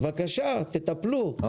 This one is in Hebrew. בבקשה תטפלו,